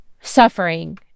suffering